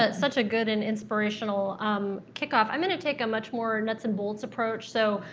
ah such a good and inspirational um kickoff. i'm gonna take a much more nuts and bolts approach. so,